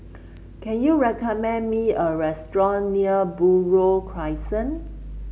can you recommend me a restaurant near Buroh Crescent